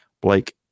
blake